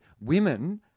women